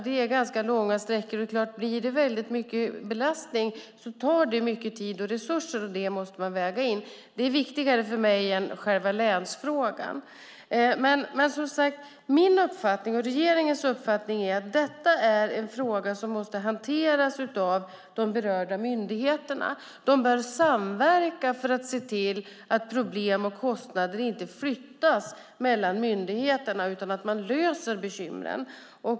Det är ganska långa sträckor, och om det blir stor belastning tar det mycket tid och resurser, vilket man måste väga in. Det är viktigare för mig än själva länsfrågan. Min och regeringens uppfattning är att detta är en fråga som måste hanteras av de berörda myndigheterna. De bör samverka så att problem och kostnader inte flyttas mellan myndigheterna. I stället måste man lösa problemen.